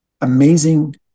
amazing